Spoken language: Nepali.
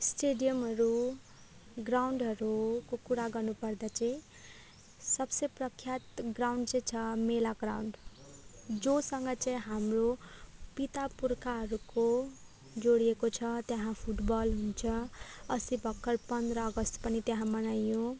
स्टेडियमहरू ग्राउन्डहरूको कुरा गर्नु पर्दा चाहिँ सबसे प्रख्यात ग्राउन्ड चाहिँ छ मेला ग्राउन्ड जोसँग चाहिँ हाम्रो पिता पुर्खाहरूको जोडिएको छ त्यहाँ फुटबल हुन्छ अस्ति भर्खर पन्ध्र अगस्ट पनि त्यहाँ मनाइयो